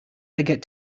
forget